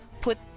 put